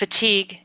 fatigue